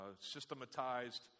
systematized